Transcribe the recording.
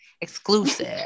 exclusive